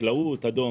חקלאות אדום,